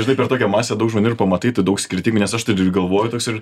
žinai per tokią masę daug žmonių ir pamatai tu daug skirtingų nes aš tai galvoju toks ir